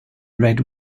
red